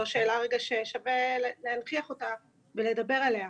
זו שאלה רגע ששווה להנכיח אותה ולדבר עליה.